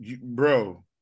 bro